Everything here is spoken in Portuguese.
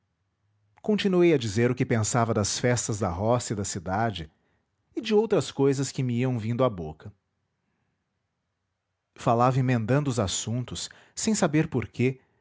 continuei a dizer o que pensava das festas da roça e da cidade e de outras cousas que me iam vindo à boca falava emendando os assuntos sem saber por